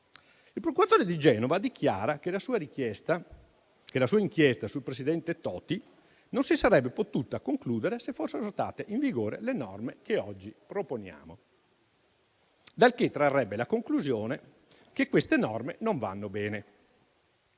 dal procuratore di Genova, in cui dichiara che la sua inchiesta sul presidente Toti non si sarebbe potuta concludere se fossero state in vigore le norme che oggi proponiamo, dal che trarrebbe la conclusione che queste norme non vanno bene.